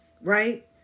Right